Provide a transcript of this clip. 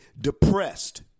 depressed